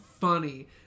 funny